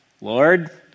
Lord